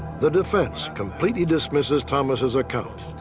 the defense completely dismisses thomas' account.